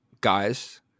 guys